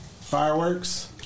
Fireworks